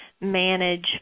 manage